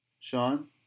sean